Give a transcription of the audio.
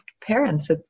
parents